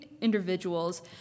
individuals